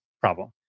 problem